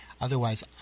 Otherwise